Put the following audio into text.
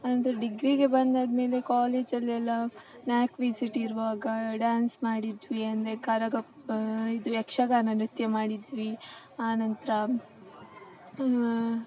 ಅಂದರೆ ಡಿಗ್ರಿಗೆ ಬಂದಾದ್ಮೇಲೆ ಕಾಲೇಜಲ್ಲೆಲ್ಲ ನ್ಯಾಕ್ ವಿಸಿಟ್ ಇರುವಾಗ ಡ್ಯಾನ್ಸ್ ಮಾಡಿದ್ವಿ ಅಂದರೆ ಕರಗ ಇದು ಯಕ್ಷಗಾನ ನೃತ್ಯ ಮಾಡಿದ್ವಿ ಆನಂತರ